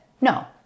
No